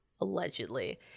allegedly